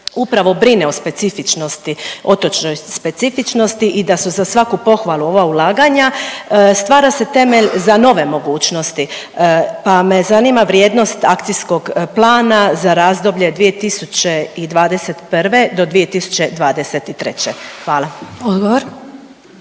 upravo brine o specifičnosti otočnoj specifičnosti i da su za svaku pohvalu ova ulaganja stvara se temelj za nove mogućnosti, pa me zanima vrijednost akcijskog plana za razdoblje 2021. do 2023. Hvala.